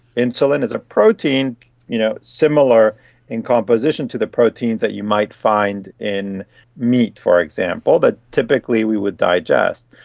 insulin is a protein you know similar in composition to the proteins that you might find in meat, for example, that typically we would digest.